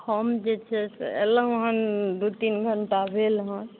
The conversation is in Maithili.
हम जे छै से अएलहुँ हँ दुइ तीन घण्टा भेल हँ